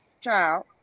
child